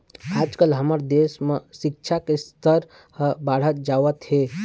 आजकाल हमर देश म सिक्छा के स्तर ह बाढ़त जावत हे